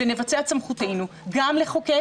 ונבצע את סמכותנו גם לחוקק